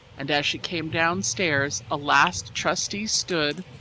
and as she came downstairs, a last trustee stood,